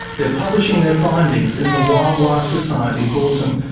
they're publishing their findings in the wildlife society bulletin,